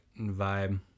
vibe